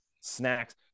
snacks